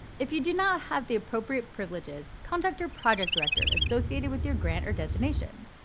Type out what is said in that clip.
if you do not have the appropriate privileges, contact your project director associated with your grant or designation.